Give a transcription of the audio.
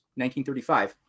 1935